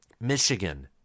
Michigan